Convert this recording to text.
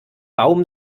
baum